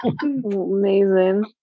amazing